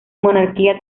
monarquía